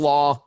Law